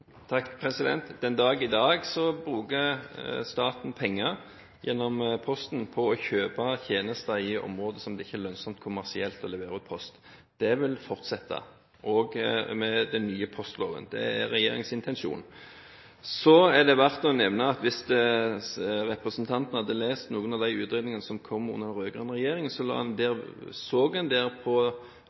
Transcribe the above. Den dag i dag bruker staten penger gjennom Posten på å kjøpe tjenester i områder der det ikke er lønnsomt kommersielt å levere ut post. Det vil fortsette også med den nye postloven – det er regjeringens intensjon. Så er det verdt å nevne at hvis representanten hadde lest noen av de utredningene som kom under den rød-grønne regjeringen, ville han ha sett at en der så på